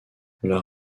leur